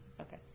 Okay